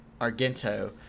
Argento